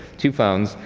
two phones,